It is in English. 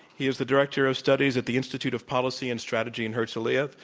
he is the director of studies at the institute of policy and strategy in herzliya.